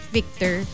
Victor